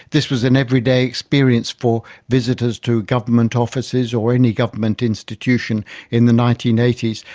this was an everyday experience for visitors to government offices or any government institution in the nineteen eighty s,